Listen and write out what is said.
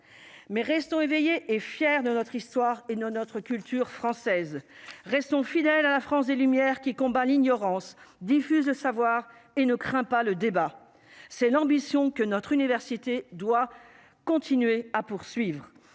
mais restons éveillés et fier de notre histoire et nos notre culture française restons fidèles à la France des Lumières qui combat l'ignorance diffuse de savoir et ne craint pas le débat, c'est l'ambition que notre université doit continuer à poursuivre